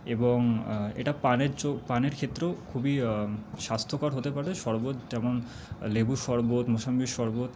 এবং এটা পানের পানের ক্ষেত্রেও খুবই স্বাস্থ্যকর হতে পারে শরবত যেমন লেবুর শরবত মোসাম্বির শরবত